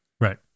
Right